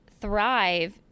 thrive